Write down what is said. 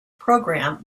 program